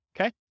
Okay